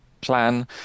plan